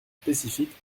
spécifique